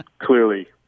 clearly